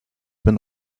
been